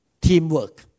Teamwork